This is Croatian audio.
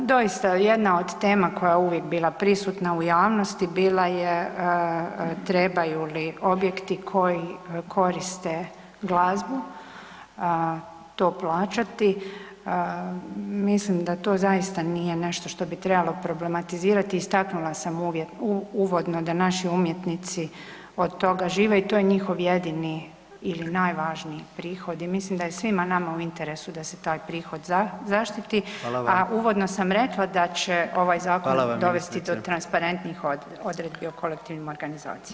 Doista jedna od tema koja je uvijek bila prisutna u javnosti, bila je trebaju li objekti koji koriste glazbu, to plaćati, mislim da to zaista nije nešto što bi trebalo problematizirati, istaknula sam uvodno da naši umjetnici od toga žive i to je njihov jedini ili najvažniji prihod i mislim da je svima nama u interesu da se taj prihod zaštiti, [[Upadica predsjednik: Hvala vam.]] a uvodno sam rekla da će ovaj zakon dovesti do transparentnih odredbi o kolektivnim organizacijama.